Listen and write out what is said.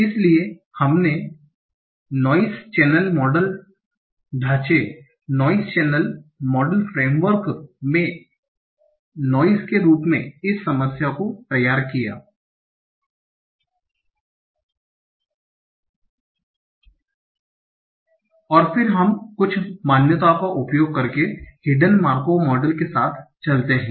इसलिए हमने noise channel model framework में नोइस के रूप में इस समस्या को तैयार किया और फिर हम कुछ मान्यताओं का उपयोग करके हिडन मार्कोव मॉडल के साथ चलते हैं